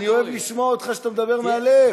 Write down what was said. אני אוהב לשמוע אותך כשאתה מדבר מהלב.